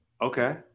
Okay